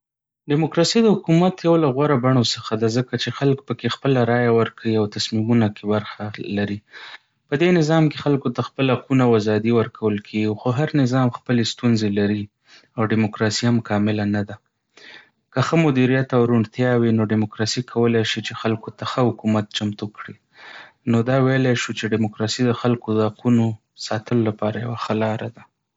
ډیموکراسي د حکومت یو له غوره بڼو څخه ده ځکه چې خلک پکې خپله رایه ورکوي او تصمیمونه کې برخه لري. په دې نظام کې خلکو ته خپل حقونه او ازادۍ ورکول کېږي. خو هر نظام خپلې ستونزې لري، او ډیموکراسي هم کامل نه ده. که ښه مدیریت او روڼتیا وي، نو ډیموکراسي کولای شي چې خلکو ته ښه حکومت چمتو کړي. نو دا ویلای شو چې ډیموکراسي د خلکو د حقونو ساتلو لپاره یوه ښه لاره ده.